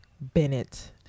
Bennett